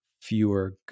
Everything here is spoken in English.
fewer